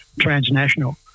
transnational